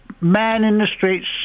man-in-the-streets